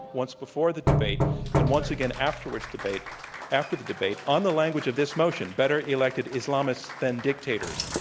once before the debate and once again afterwards debate after the debate on the language of this motion, better elected islamists than dictators.